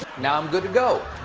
now i'm good to go.